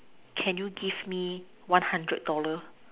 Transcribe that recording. can you give me one hundred dollar